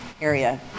area